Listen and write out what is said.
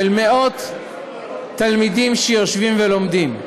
של מאות תלמידים שיושבים ולומדים,